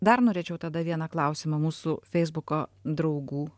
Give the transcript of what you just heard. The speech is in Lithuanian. dar norėčiau tada vieną klausimą mūsų feisbuko draugų